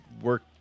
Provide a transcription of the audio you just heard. work